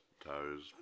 toes